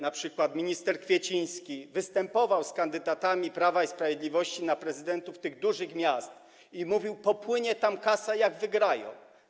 Na przykład minister Kwieciński występował z kandydatami Prawa i Sprawiedliwości na prezydentów tych dużych miast i mówił: popłynie tam kasa, jak wygrają.